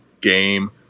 game